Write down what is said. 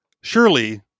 Surely